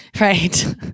right